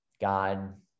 God